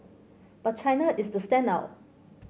but China is the standout